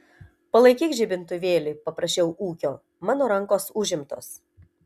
palaikyk žibintuvėlį paprašiau ūkio mano rankos užimtos